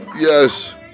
yes